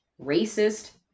racist